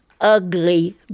ugly